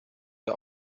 der